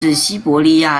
西伯利亚